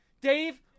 Dave